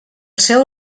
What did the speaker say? seu